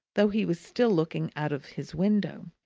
though he was still looking out of his window.